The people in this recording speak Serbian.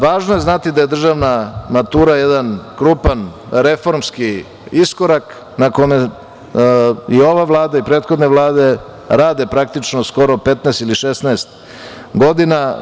Važno je znati da je državna matura jedan krupan reformski iskorak na kome je ova Vlada i prethodne vlade rade praktično skoro 15 ili 16 godina.